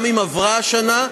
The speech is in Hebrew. גם אם עברה שנה,